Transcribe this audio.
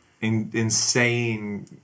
insane